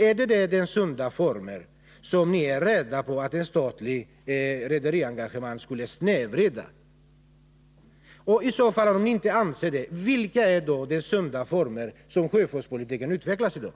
Är detta de sunda former som ni är rädda för att ett statligt rederiengagemang skulle snedvrida? Om ni inte anser det, vilka är då de sunda former i vilka sjöfartspolitiken utvecklas i dag?